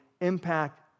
impact